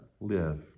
live